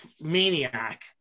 maniac